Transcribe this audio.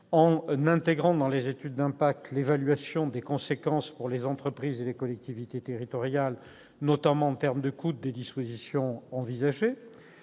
en intégrant dans les études d'impact l'évaluation des conséquences, pour les entreprises et les collectivités territoriales, notamment en termes de coût, des dispositions envisagées.